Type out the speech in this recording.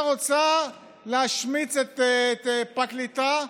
ימינה רוצה להשמיץ פרקליטה.